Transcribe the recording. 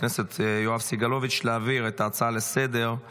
הכנסת יואב סגלוביץ' להעביר את ההצעה הדחופה